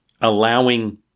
allowing